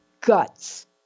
guts